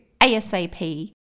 ASAP